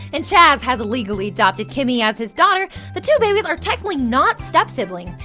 and chas has legally adopted kimi as his daughter, the two babies are technically not stepsiblings.